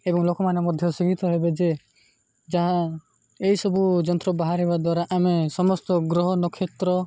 ଏବଂ ଲୋକମାନେ ମଧ୍ୟ ହେବେ ଯେ ଯାହା ଏହିସବୁ ଯନ୍ତ୍ର ବାହାରିବା ଦ୍ୱାରା ଆମେ ସମସ୍ତ ଗ୍ରହ ନକ୍ଷତ୍ର